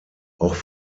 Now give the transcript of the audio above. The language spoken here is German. auch